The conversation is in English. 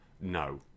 No